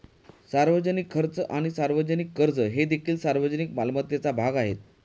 सार्वजनिक खर्च आणि सार्वजनिक कर्ज हे देखील सार्वजनिक मालमत्तेचा भाग आहेत